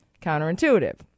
counterintuitive